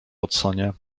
watsonie